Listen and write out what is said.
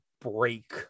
break